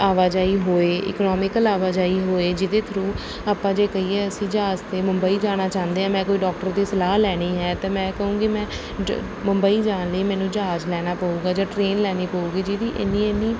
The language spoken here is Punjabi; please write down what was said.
ਆਵਾਜਾਈ ਹੋਏ ਇਕਨੋਮੀਕਲ ਆਵਾਜਾਈ ਹੋਏ ਜਿਹਦੇ ਥਰੂ ਆਪਾਂ ਜੇ ਕਹੀਏ ਅਸੀਂ ਜਹਾਜ਼ 'ਤੇ ਮੁੰਬਈ ਜਾਣਾ ਚਾਹੁੰਦੇ ਹਾਂ ਮੈਂ ਕੋਈ ਡਾਕਟਰ ਦੀ ਸਲਾਹ ਲੈਣੀ ਹੈ ਤਾਂ ਮੈਂ ਕਹੂੰਗੀ ਮੈਂ ਜ ਮੁੰਬਈ ਜਾਣ ਲਈ ਮੈਨੂੰ ਜਹਾਜ਼ ਲੈਣਾ ਪਊਗਾ ਜਾਂ ਟ੍ਰੇਨ ਲੈਣੀ ਪਊਗੀ ਜਿਹਦੀ ਇੰਨੀ ਇੰਨੀ